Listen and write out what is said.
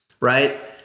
right